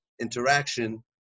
interaction